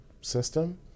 system